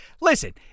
listen